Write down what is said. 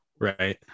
right